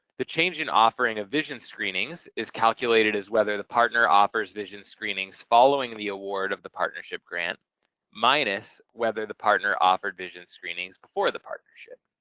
the change in offering of vision screenings is calculated as whether the partner offers vision screenings following the award of the partnership grant minus whether the partner offered vision screenings before the partnership.